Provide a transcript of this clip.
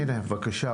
הינה בבקשה,